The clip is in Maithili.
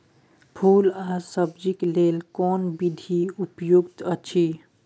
फूल आ सब्जीक लेल कोन विधी उपयुक्त अछि?